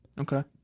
Okay